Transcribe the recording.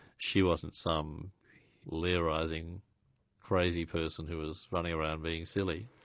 she wasn't some lairising crazy person who was running around being silly.